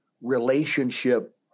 relationship